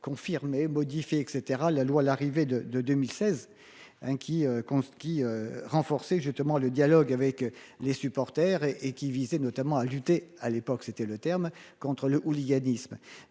confirmer modifie et etc. La loi l'arrivée de de 2016 hein qui qu'on skie. Renforcer justement le dialogue avec les supporters et qui visait notamment à lutter à l'époque c'était le terme contre le hooliganisme.